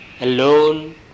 Alone